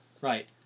right